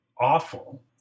awful